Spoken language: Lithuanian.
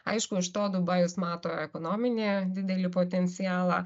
aišku iš to dubajus mato ekonominį didelį potencialą